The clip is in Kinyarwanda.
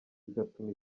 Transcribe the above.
bigatuma